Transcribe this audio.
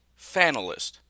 fanalist